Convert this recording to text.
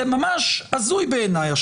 זה ממש הזוי בעיניי.